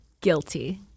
guilty